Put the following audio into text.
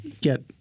get